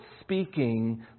speaking